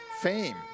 fame